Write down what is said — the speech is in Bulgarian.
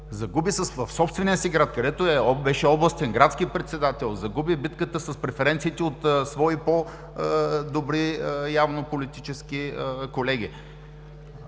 загуби в собствения си град, където беше областен, градски председател, загуби битката с преференциите от свои, явно по-добри политически колеги.